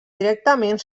directament